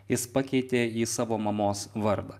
jis pakeitė į savo mamos vardą